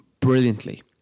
brilliantly